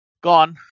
Gone